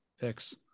picks